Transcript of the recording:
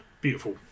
beautiful